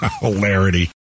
Hilarity